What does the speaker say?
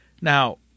Now